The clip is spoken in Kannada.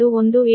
2179 p